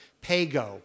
pay-go